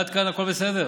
עד כאן הכול בסדר?